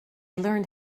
learned